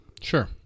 Sure